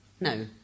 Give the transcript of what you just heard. No